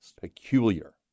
Peculiar